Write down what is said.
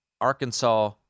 Arkansas